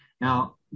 Now